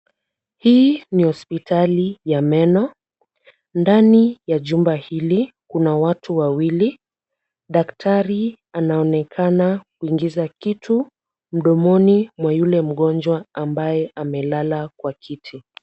Hii ni hospitali ya meno, ndani ya jumba hili kuna watu wawili. Daktari anaonekana kuingiza kitu mdomoni mwa yule mgonjwa ambaye amelala kwa kiti.